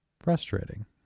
frustrating